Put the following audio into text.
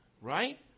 right